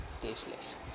tasteless